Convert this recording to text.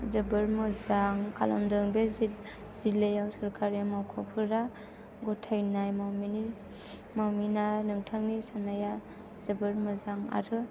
जोबोर मोजां खालामदों बे जिल्लायाव सरखारि मावख'फोरा गथायनाय मावमिना नोंथांनि साननाया जोबोर मोजां आरो